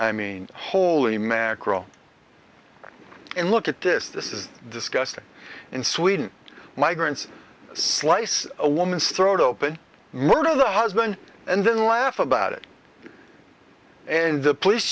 i mean hold the macro and look at this this is disgusting in sweden migrants slice a woman's throat open murder the husband and then laugh about it and the police